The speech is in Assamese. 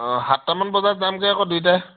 অ' সাতটামান বজাত যামগৈ আকৌ দুইটাই